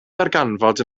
ddarganfod